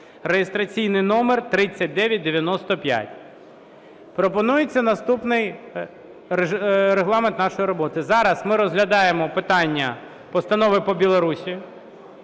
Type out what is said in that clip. (реєстраційний номер 3995)". Пропонується наступний регламент нашої роботи. Зараз ми розглядаємо питання постанови по Білорусі.